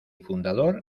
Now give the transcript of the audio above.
fundador